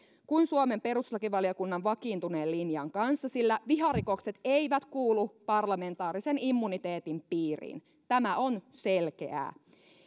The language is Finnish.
kuin suomen perustuslakivaliokunnan vakiintuneen linjan kanssa sillä viharikokset eivät kuulu parlamentaarisen immuniteetin piiriin tämä on selkeää